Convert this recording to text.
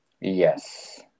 Yes